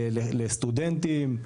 לסטודנטים,